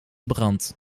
brand